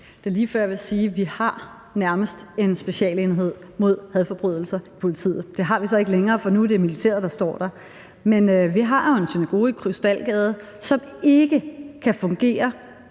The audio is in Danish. Det er lige før, jeg vil sige, at vi nærmest har en specialenhed i politiet mod hadforbrydelser. Det har vi så ikke længere, for nu er det militæret, der står der. Men vi har jo en synagoge i Krystalgade, som ikke kan fungere